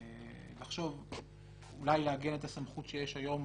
לחשוב אולי לעגן את הסמכות שיש היום,